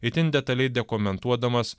itin detaliai dekomentuodamas